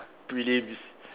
prelims